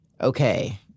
Okay